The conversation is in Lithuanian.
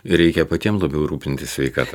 reikia patiem labiau rūpintis sveikata